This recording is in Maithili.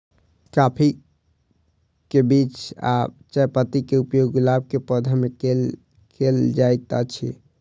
काफी केँ बीज आ चायपत्ती केँ उपयोग गुलाब केँ पौधा मे केल केल जाइत अछि?